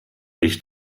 ich